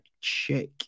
check